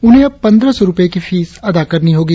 उन्हें अब पंद्रह सौ रुपये की फीस अदा करनी होगी